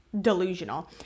delusional